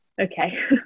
okay